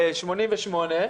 1,388,000 ש"ח.